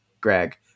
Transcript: Greg